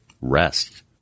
rest